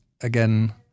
again